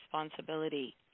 responsibility